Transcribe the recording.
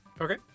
okay